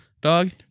Dog